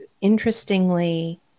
interestingly